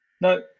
No